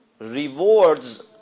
rewards